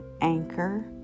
Anchor